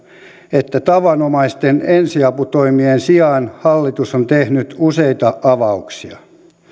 että tavanomaisten ensiaputoimien sijaan hallitus on tehnyt useita avauksia